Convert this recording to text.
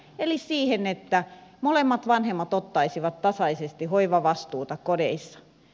eli siihen että molemmat vanhemmat ottaisivat tasaisesti hoivavastuuta kodeissa